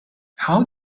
how